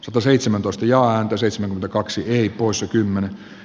sataseitsemäntoista ja antoi seitsemän kaksi hipoissa kymmenen